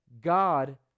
God